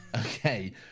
okay